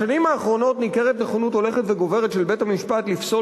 בשנים האחרונות ניכרת נכונות הולכת וגוברת של בית-המשפט לפסול